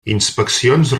inspeccions